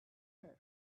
her